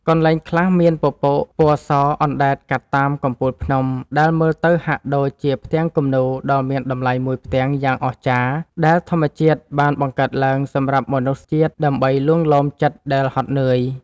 កន្លែងខ្លះមានពពកពណ៌សអណ្ដែតកាត់តាមកំពូលភ្នំដែលមើលទៅហាក់ដូចជាផ្ទាំងគំនូរដ៏មានតម្លៃមួយផ្ទាំងយ៉ាងអស្ចារ្យដែលធម្មជាតិបានបង្កើតឡើងសម្រាប់មនុស្សជាតិដើម្បីលួងលោមចិត្តដែលហត់នឿយ។